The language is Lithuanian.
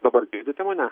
dabar girdite mane